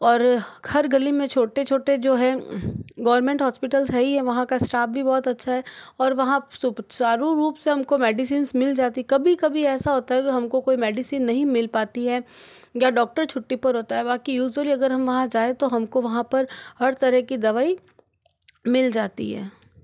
और हर गली में छोटे छोटे जो है गवर्नमेंट हॉस्पिटल्स है ही वहाँ का स्टाफ़ भी बहुत अच्छा है और वहाँ सुचारु रूप से हम को मेडिसिंस मिल जाती कभी कभी ऐसा होता है जो हम को कोई मेडिसिन नहीं मिल पाती है या डॉक्टर छुट्टी पर होता है बाक़ी यूज़ुअली अगर हम वहाँ जाएं तो हम को वहाँ पर हर तरह की दवाई मिल जाती